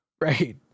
Right